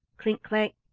clink-clank!